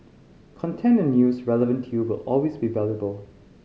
content and news relevant to you will always be valuable